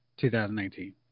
2019